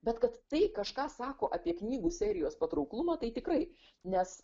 bet kad tai kažką sako apie knygų serijos patrauklumą tai tikrai nes